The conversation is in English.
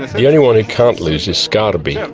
the only one who can't lose is sgarbi.